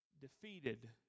defeated